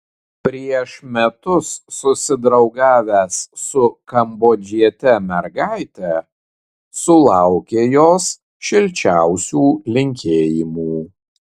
prieš metus susidraugavęs su kambodžiete mergaite sulaukė jos šilčiausių linkėjimų